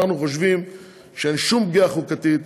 אנחנו חושבים שאין שום פגיעה חוקתית,